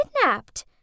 kidnapped